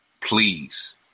please